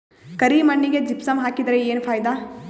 ಕರಿ ಮಣ್ಣಿಗೆ ಜಿಪ್ಸಮ್ ಹಾಕಿದರೆ ಏನ್ ಫಾಯಿದಾ?